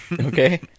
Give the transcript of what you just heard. Okay